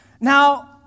Now